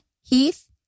Heath